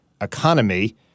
economy